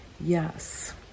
Yes